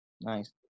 Nice